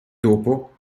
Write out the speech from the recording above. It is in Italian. dopo